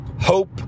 hope